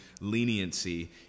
leniency